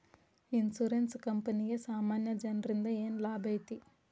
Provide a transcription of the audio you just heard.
Insurance ಕ್ಂಪನಿಗೆ ಸಾಮಾನ್ಯ ಜನ್ರಿಂದಾ ಏನ್ ಲಾಭೈತಿ?